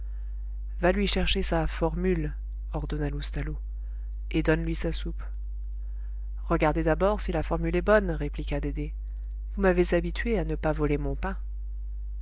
va lui chercher sa formule ordonna loustalot et donne-lui sa soupe regardez d'abord si la formule est bonne répliqua dédé vous m'avez habitué à ne pas voler mon pain